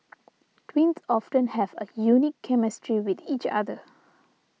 twins often have a unique chemistry with each other